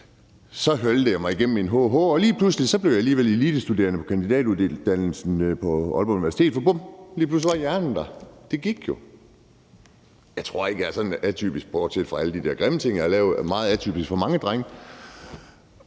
Så haltede jeg igennem en HH, og lige pludselig blev jeg alligevel elitestuderende på kandidatuddannelsen på Aalborg Universitet, for bum, lige pludselig var hjernen der. Det gik jo. Jeg tror ikke, jeg sådan er meget atypisk – bortset fra alle de der grimme ting, jeg har lavet – i forhold til andre drenge.